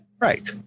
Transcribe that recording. Right